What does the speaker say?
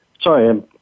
Sorry